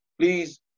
please